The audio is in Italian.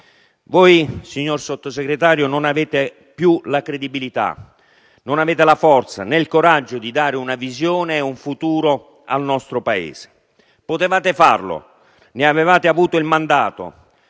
Voi, signor Sottosegretario, non avete più la credibilità, non avete la forza né il coraggio di dare una visione e un futuro al nostro Paese. Potevate farlo, ne avevate avuto il mandato,